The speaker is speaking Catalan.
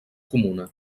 comuna